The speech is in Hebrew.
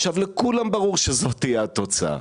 לכולם ברור שזאת תהיה התוצאה.